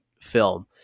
film